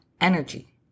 energy